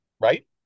Right